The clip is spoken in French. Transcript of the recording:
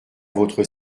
votre